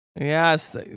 yes